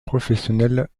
professionnelle